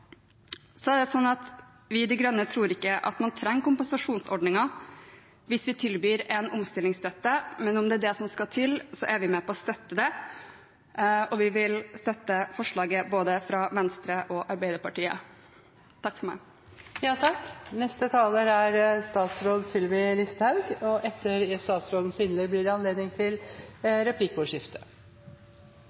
Vi i De Grønne tror ikke man trenger kompensasjonsordninger hvis vi tilbyr en omstillingsstøtte, men om det er det som skal til, er vi med på å støtte det. Og vi vil støtte forslagene fra både Venstre og Arbeiderpartiet. Stortingsrepresentant Hansson har fremmet et forslag om umiddelbart å igangsette avvikling av norsk pelsdyroppdrett og